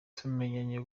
twamenyanye